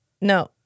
no